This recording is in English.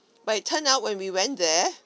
but it turned out when we went there